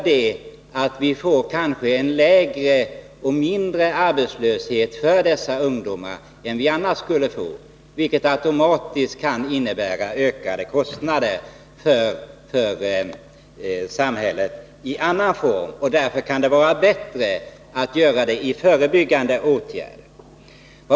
Det kan medföra en lägre arbetslöshet för dessa ungdomar än vad som annars skulle bli fallet — vilket automatiskt kan innebära ökade kostnader för samhället i annan form. Därför kan det vara bättre att vidta förebyggande åtgärder.